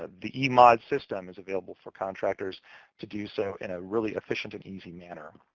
ah the emod system is available for contractors to do so in a really efficient and easy manner.